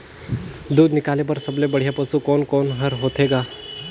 दूध निकाले बर सबले बढ़िया पशु कोन कोन हर होथे ग?